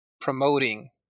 promoting